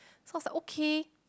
so I was like okay